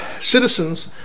citizens